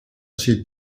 see